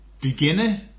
beginner